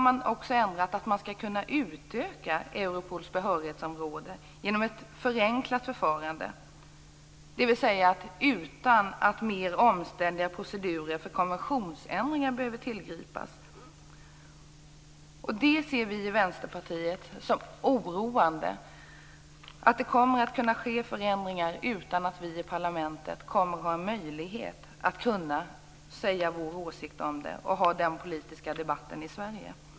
Man skall kunna utöka Europols behörighetsområde genom ett förenklat förfarande, dvs. utan att mer omständliga procedurer för konventionsändringar behöver tillgripas. Vi i Vänsterpartiet ser det som oroande att det kommer att kunna ske förändringar utan att vi i parlamentet har möjlighet att säga vår åsikt och föra en politisk debatt i Sverige.